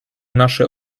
nasze